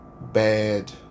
bad